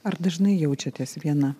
ar dažnai jaučiatės viena